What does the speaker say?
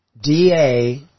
DA